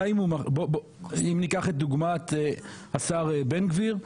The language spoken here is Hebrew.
גם בו אם ניקח את דוגמת השר בן גביר,